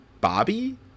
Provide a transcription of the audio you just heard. Bobby